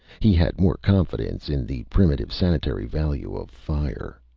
he had more confidence in the primitive sanitary value of fire.